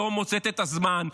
לא מוצאת את הזמן,